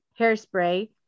hairspray